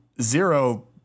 zero